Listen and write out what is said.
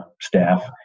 staff